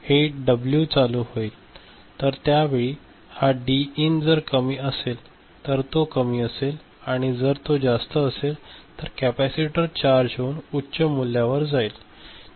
तर त्यावेळी हा डीइन जर कमी असेल तर तो कमी असेल आणि जर तो जास्त असेल तर कॅपेसिटर चार्ज होऊन उच्च मूल्यावर जाईल